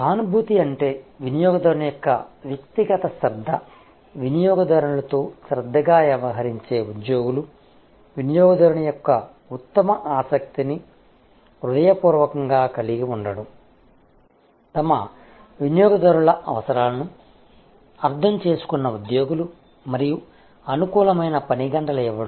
సానుభూతి అంటే వినియోగదారుని యొక్క వ్యక్తిగత శ్రద్ధ వినియోగదారునిలతో శ్రద్ధగా వ్యవహరించే ఉద్యోగులు వినియోగదారుని యొక్క ఉత్తమ ఆసక్తిని హృదయపూర్వకంగా కలిగి ఉండటం తమ వినియోగదారుల అవసరాలను అర్థం చేసుకున్న ఉద్యోగులు మరియు అనుకూలమైన పని గంటలు ఇవ్వడం